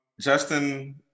Justin